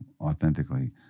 authentically